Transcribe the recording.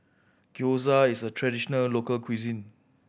Gyoza is a traditional local cuisine